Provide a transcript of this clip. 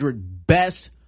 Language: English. best